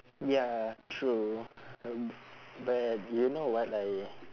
ya true um but do you know what I